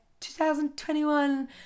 2021